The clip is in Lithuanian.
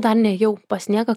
dar nėjau pas nieką